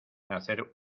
hacer